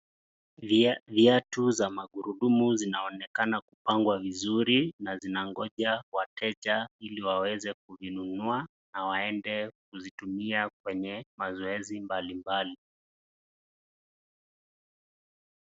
Viatu za magurudumu zinaonekana kupangwa vizuri na zinangoja wateja ili waweze kuvinunua na waende kuzitumia kwenye mazoezi mbalimbali.